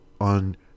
on